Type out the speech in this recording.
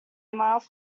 mouth